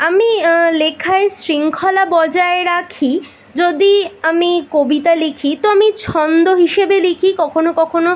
আমি লেখায় শৃঙ্খলা বজায় রাখি যদি আমি কবিতা লিখি তো আমি ছন্দ হিসেবে লিখি কখনো কখনো